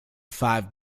five